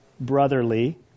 brotherly